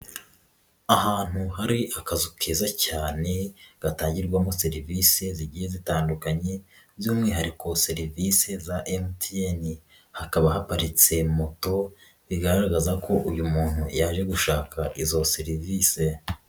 Ahantu hari akazu keza cyane gatangirwamo serivisi zigiye zitandukanye by'umwihariko serivisi za MTN, hakaba haparitse moto bigaragaza ko uyu muntu yaje gushaka izo serivise.